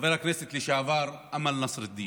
חבר הכנסת לשעבר אמל נסראלדין,